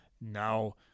now